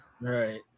Right